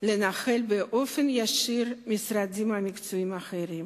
לנהל באופן ישיר משרדים מקצועיים אחרים.